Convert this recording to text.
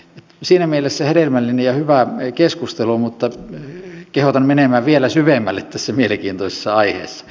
siinä mielessä hedelmällinen ja hyvä keskustelu mutta kehotan menemään vielä syvemmälle tässä mielenkiintoisessa aiheessa